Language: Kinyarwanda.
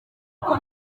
kuko